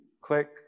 Click